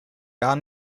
gar